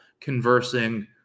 conversing